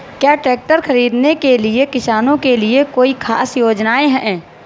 क्या ट्रैक्टर खरीदने के लिए किसानों के लिए कोई ख़ास योजनाएं हैं?